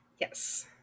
Yes